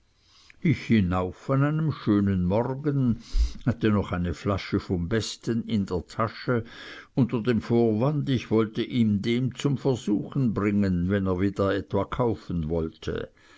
ich hinauf an einem schönen morgen hatte noch eine flasche vom besten in der tasche unter dem vorwand ich wollte ihm den zum versuchen bringen wenn er wieder etwa kaufen wollte